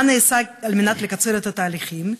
4. מה נעשה כדי לקצר את התהליכים?